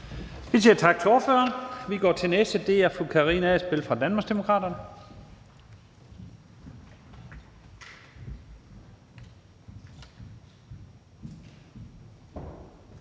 Vi siger tak til ordføreren og går til den næste ordfører, fru Karina Adsbøl fra Danmarksdemokraterne.